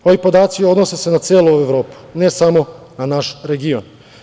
Ovi podaci odnose se na celu Evropu, ne samo na naš region.